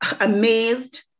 amazed